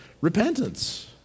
repentance